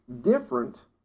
different